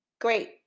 great